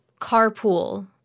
carpool